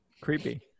Creepy